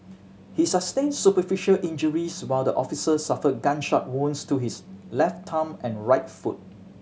he sustained superficial injuries while the officer suffered gunshot wounds to his left thumb and right foot